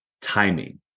timing